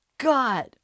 God